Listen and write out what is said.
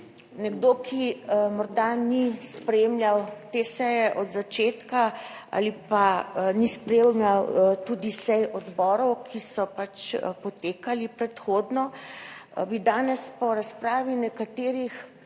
nekdo, ki morda ni spremljal te seje od začetka ali pa ni spremljal tudi sej odborov, ki so pač potekali predhodno, bi danes po razpravi nekaterih